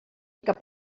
cap